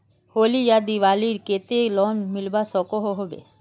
होली या दिवालीर केते लोन मिलवा सकोहो होबे?